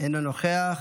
אינו נוכח,